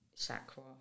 chakra